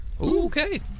Okay